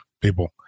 people